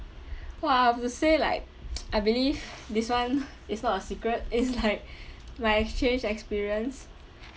!wah! I have to say like I believe this one is not a secret is like my exchange experience